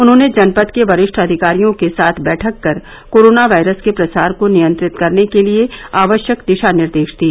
उन्होंने जनपद के वरिष्ठ अधिकारियों के साथ बैठक कर कोरोना वायरस के प्रसार को नियंत्रित करने के लिए आवश्यक दिशानिर्देश दिए